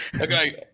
Okay